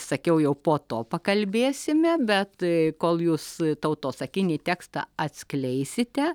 sakiau jau po to pakalbėsime bet kol jūs tautosakinį tekstą atskleisite